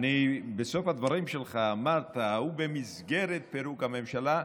בסוף הדברים שלך אמרת: ובמסגרת פירוק הממשלה,